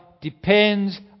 depends